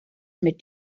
mit